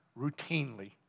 routinely